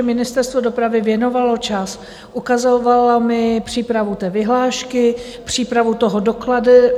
Ministerstvo dopravy věnovalo čas, ukazovalo mi přípravu té vyhlášky, přípravu toho dokladu.